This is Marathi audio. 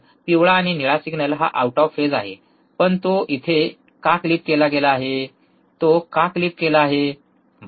पिवळा आणि निळा सिग्नल हा आऊट ऑफ फेज आहे पण तो आता इथे का क्लिप केला आहे तो का क्लिप केला आहे बरोबर